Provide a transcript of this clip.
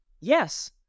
yes